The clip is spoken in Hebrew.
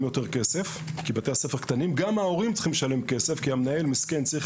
יותר כסף וגם ההורים צריכים לשלם יותר כסף כי המנהל המסכן צריך